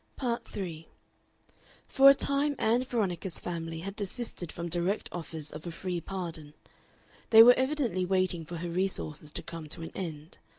part three for a time ann veronica's family had desisted from direct offers of a free pardon they were evidently waiting for her resources to come to an end.